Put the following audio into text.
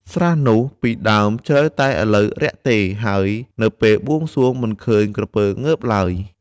ស្រះនោះពីដើមជ្រៅតែឥឡូវរាក់ទេ ហើយ នៅពេលបួងសួងមិនឃើញក្រពើងើបឡើយ ។